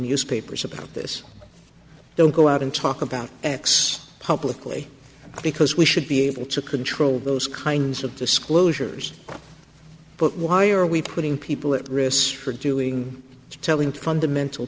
newspapers about this don't go out and talk about x publicly because we should be able to control those kinds of disclosures but why are we putting people at risk for doing telling fundamental